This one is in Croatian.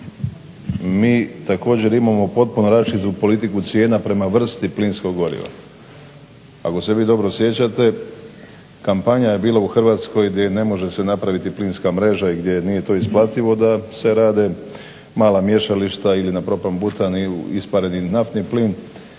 mi također imamo potpuno različitu politiku cijena prema vrsti plinskog goriva. Ako se vi dobro sjećate kampanja je bila u Hrvatskoj gdje ne može se napraviti plinska mreža i gdje nije to isplativo da se rade mala mješališta ili na propan, butan ili ispareni naftni plin